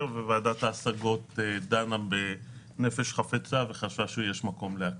ואילו ועדת ההשגות דנה בנפש חפצה וחשבה שיש מקום להקל.